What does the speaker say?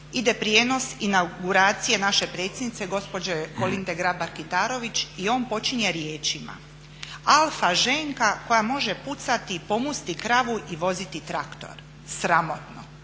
ide prijenos inauguracije naše predsjednice gospođe Kolinde Grabar Kitarović i on počinje riječima: "Alfa ženka koja može pucati, pomusti kravu i voziti traktor." Sramotno!